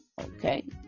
okay